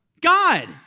God